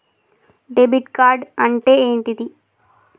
Debit card అంటే ఏంటిది?